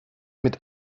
mit